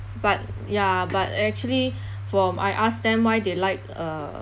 but ya but actually from I ask them why they like uh